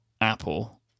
Apple